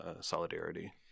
solidarity